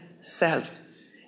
says